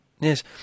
Yes